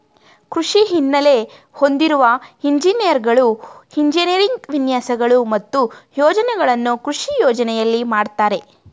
ಕೃಷಿ ಹಿನ್ನೆಲೆ ಹೊಂದಿರುವ ಎಂಜಿನಿಯರ್ಗಳು ಎಂಜಿನಿಯರಿಂಗ್ ವಿನ್ಯಾಸಗಳು ಮತ್ತು ಯೋಜನೆಗಳನ್ನು ಕೃಷಿ ಯೋಜನೆಯಲ್ಲಿ ಮಾಡ್ತರೆ